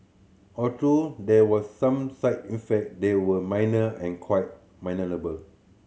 although there was some side effect they were minor and quite manageable